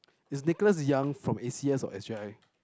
is Nicholas Yong from A C S or S_G_I